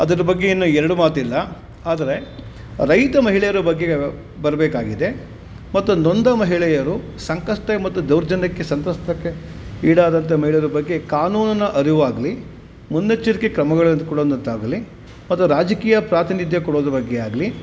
ಅದರ ಬಗ್ಗೆ ಇನ್ನು ಎರಡು ಮಾತಿಲ್ಲ ಆದರೆ ರೈತ ಮಹಿಳೆಯರ ಬಗ್ಗೆ ಬರಬೇಕಾಗಿದೆ ಮತ್ತು ನೊಂದ ಮಹಿಳೆಯರು ಸಂಕಷ್ಟ ಮತ್ತು ದೌರ್ಜನ್ಯಕ್ಕೆ ಸಂತ್ರಸ್ತಕ್ಕೆ ಈಡಾದಂತ ಮಹಿಳೆಯರ ಬಗ್ಗೆ ಕಾನೂನಿನ ಅರಿವಾಗಲಿ ಮುನ್ನೆಚ್ಚರಿಕೆ ಕ್ರಮಗಳನ್ನು ಅಥ್ವಾ ರಾಜಕೀಯ ಪ್ರಾತಿನಿಧ್ಯ ಕೊಡೋದ್ರ ಬಗ್ಗೆ ಆಗಲಿ